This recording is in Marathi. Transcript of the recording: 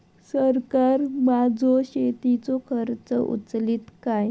सरकार माझो शेतीचो खर्च उचलीत काय?